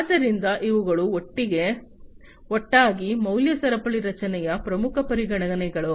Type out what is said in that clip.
ಆದ್ದರಿಂದ ಇವುಗಳು ಒಟ್ಟಾಗಿ ಮೌಲ್ಯ ಸರಪಳಿ ರಚನೆಯ ಪ್ರಮುಖ ಪರಿಗಣನೆಗಳು